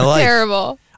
Terrible